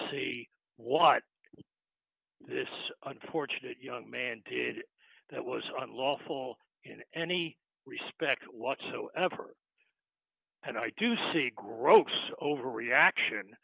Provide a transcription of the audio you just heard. see what this unfortunate young man did that was unlawful in any respect whatsoever and i do see gross overreaction